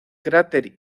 cráter